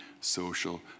social